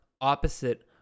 opposite